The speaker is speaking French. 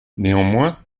néanmoins